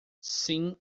sim